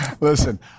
Listen